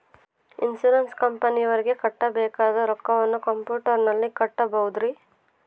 Insurance ಕಂಪನಿಯವರಿಗೆ ಕಟ್ಟಬೇಕಾದ ರೊಕ್ಕವನ್ನು ಕಂಪ್ಯೂಟರನಲ್ಲಿ ಕಟ್ಟಬಹುದ್ರಿ?